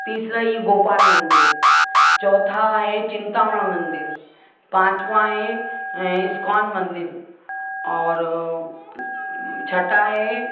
तीसरा ई गोपाल मंदिर चौथा है चिंतामा मंदिर पाँचवा है एस्कोन मंदिर और छटा है